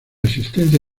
existencia